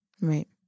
Right